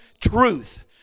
truth